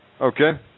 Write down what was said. Okay